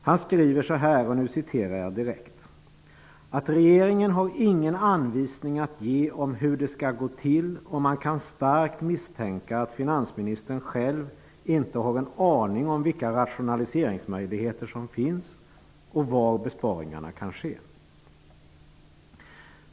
Feldt skriver så här: ''-- att regeringen har ingen anvisning att ge om hur det skall gå till och man kan starkt misstänka att finansministern själv inte har en aning om vilka rationaliseringsmöjligheter som finns och var besparingarna kan ske.''